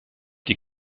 die